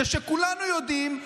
זה שכולנו יודעים,